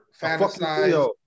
fantasize